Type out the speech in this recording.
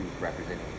representing